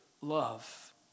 Love